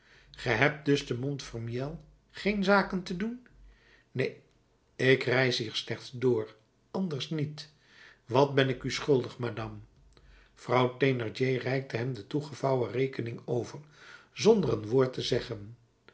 ge hebt dus te montfermeil geen zaken te doen neen ik reis hier slechts door anders niet wat ben ik u schuldig madam vrouw thénardier reikte hem de toegevouwen rekening over zonder een woord te zeggen